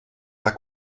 pas